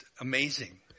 amazing